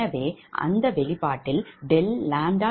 எனவே அந்த வெளிப்பாட்டில் ∆ʎ2312X0